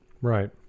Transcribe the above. Right